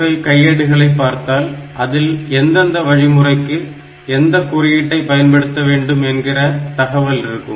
8085 கையேடுகளை பார்த்தால் அதில் எந்தெந்த வழிமுறைக்கு எந்த குறியீட்டை பயன்படுத்த வேண்டும் என்கிற தகவல் இருக்கும்